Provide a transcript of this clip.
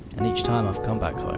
and each time i've come back